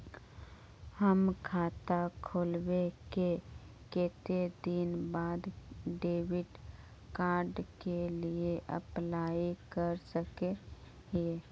हम खाता खोलबे के कते दिन बाद डेबिड कार्ड के लिए अप्लाई कर सके हिये?